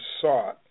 sought